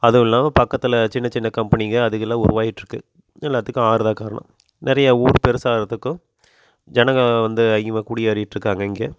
அதுவும் இல்லாமல் பக்கத்தில் சின்ன சின்ன கம்பெனிகள் அதுகெலாம் உருவாயிட்டு இருக்குது எல்லாத்துக்கும் ஆறுதான் காரணம் நிறைய ஊர் பெருசாகிறதுக்கும் ஜனங்க வந்து அதிகமாக குடியேறிட்டு இருக்காங்க இங்கே